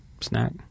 snack